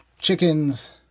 chickens